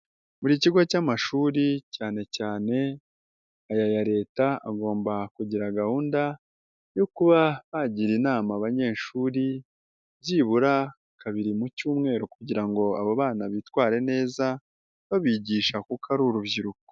Buri kigo cy'amashuri cyane cyane aya ya Leta, agomba kugira gahunda yo kuba bagira inama abanyeshuri, byibura kabiri mu cyumweru kugira ngo aba bana bitware neza, babigisha kuko ari urubyiruko.